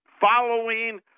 following